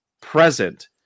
present